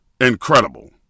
incredible